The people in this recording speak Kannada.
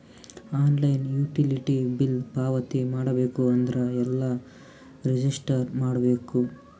ಆನ್ಲೈನ್ ಯುಟಿಲಿಟಿ ಬಿಲ್ ಪಾವತಿ ಮಾಡಬೇಕು ಅಂದ್ರ ಎಲ್ಲ ರಜಿಸ್ಟರ್ ಮಾಡ್ಬೇಕು?